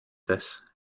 this